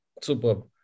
Superb